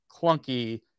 clunky